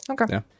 Okay